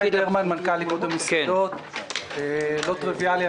לא טריוויאלי,